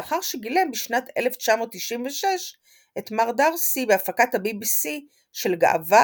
לאחר שגילם בשנת 1996 את מר דארסי בהפקת ה־BBC של "גאווה